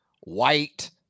white